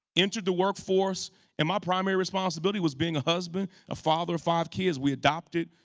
entered the workforce and my primary responsibility was being a husband, a father of five kids. we adopted